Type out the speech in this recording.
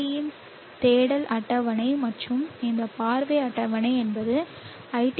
யின் தேடல் அட்டவணை மற்றும் இந்த பார்வை அட்டவணை என்பது iT